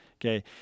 Okay